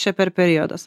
čia per periodas